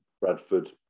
Bradford